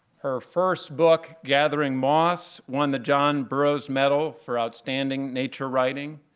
her first book, gathering moss, won the john burroughs medal for outstanding nature writing.